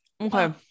okay